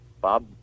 Bob